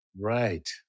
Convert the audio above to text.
Right